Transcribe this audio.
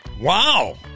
Wow